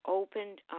opened